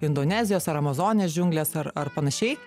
indonezijos ar amazonės džiunglės ar ar panašiai